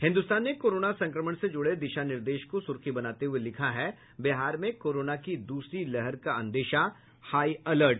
हिन्दुस्तान ने कोरोना संक्रमण से जुड़े दिशा निर्देश को सुर्खी बनाते हुए लिखा है बिहार में कोरोना की दूसरी लहर का अंदेशा हाई अलर्ट